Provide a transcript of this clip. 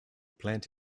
plant